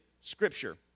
scripture